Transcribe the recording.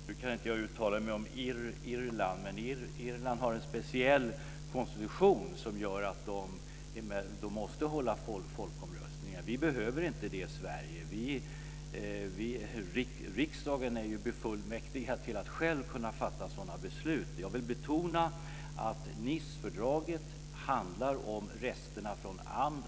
Fru talman! Nu kan jag inte uttala mig om Irland, men Irland har en speciell konstitution som gör att de måste hålla folkomröstningar. Vi behöver inte det i Sverige. Riksdagen är ju befullmäktigad att själv kunna fatta sådana beslut. Jag vill betona att Nicefördraget handlar om resterna från